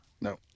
No